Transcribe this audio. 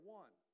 one